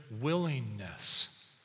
willingness